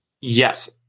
Yes